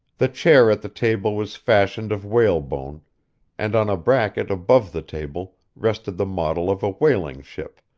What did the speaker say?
the chair at the table was fashioned of whalebone and on a bracket above the table rested the model of a whaling ship,